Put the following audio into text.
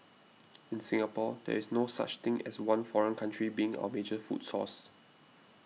in Singapore there is no such thing as one foreign country being our major food source